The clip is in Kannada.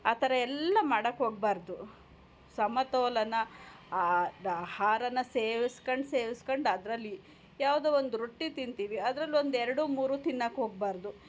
ಆ ಥರ ಎಲ್ಲ ಮಾಡೋಕೆ ಹೋಗ್ಬಾರ್ದು ಸಮತೋಲನ ಆಹಾರನ ಸೇವಿಸ್ಕೊಂಡು ಸೇವಿಸ್ಕೊಂಡು ಅದರಲ್ಲಿ ಯಾವುದೋ ಒಂದು ರೊಟ್ಟಿ ತಿಂತೀವಿ ಅದ್ರಲ್ಲಿ ಒಂದು ಎರಡು ಮೂರು ತಿನ್ನೋಕೆ ಹೋಗ್ಬಾರ್ದು